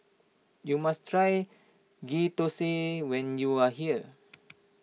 you must try Ghee Thosai when you are here